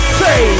say